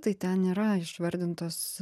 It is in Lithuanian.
tai ten yra išvardintos